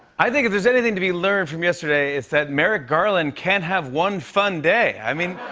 i think if there's anything to be learned from yesterday, it's that merrick garland can't have one fun day. i mean,